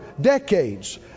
decades